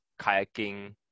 kayaking